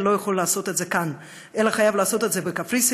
לא יכול לעשות את זה כאן אלא חייב לעשות את זה בקפריסין,